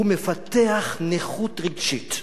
הוא מפתח נכות רגשית.